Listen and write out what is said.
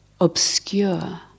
obscure